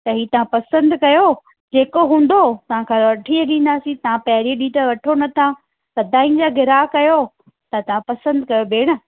त हअ तव्हां पसंदि कयो जेको हूंदो तव्हांखां वठी वठिंदासीं तव्हां पहिरें ॾींहं त वठो नथा सदाइन जा ग्राहक आहियो त तव्हां पसंदि कयो भेण